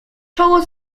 czoło